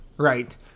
Right